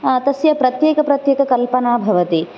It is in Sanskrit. तस्य प्रत्येकप्रत्येककल्पना भवति